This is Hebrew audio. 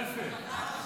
לא יפה.